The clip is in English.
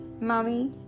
Mommy